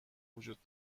وجود